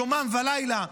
יומם ולילה,